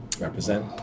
Represent